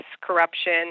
corruption